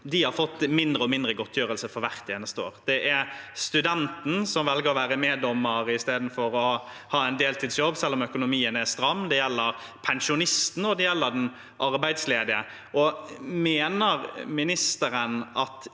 har fått mindre og mindre godtgjørelse for hvert eneste år. Det gjelder studenten som velger å være meddommer istedenfor å ha en deltidsjobb selv om økonomien er stram, det gjelder pensjonisten, og det gjelder den arbeidsledige. Mener ministeren at